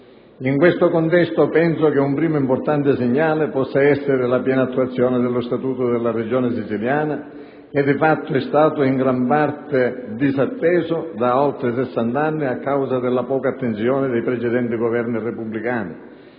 In questo contesto, penso che un primo, importante segnale possa essere la piena attuazione dello Statuto della Regione siciliana, di fatto in gran parte disatteso, da oltre 60 anni, a causa della poca attenzione dei precedenti Governi repubblicani,